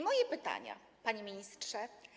Moje pytania, panie ministrze.